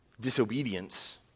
disobedience